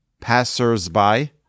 passers-by